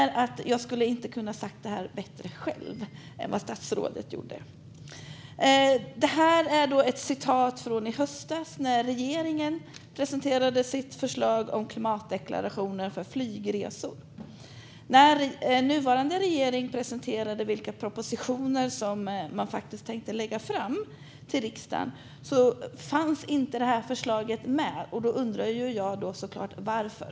Jag kunde inte ha sagt det bättre själv. Citatet är från i höstas när regeringen presenterade sitt förslag om klimatdeklarationer för flygresor. När nuvarande regering presenterade vilka propositioner man tänker lägga fram till riksdagen fanns inte detta förslag med. Varför?